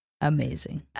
amazing